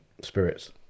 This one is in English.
spirits